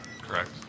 correct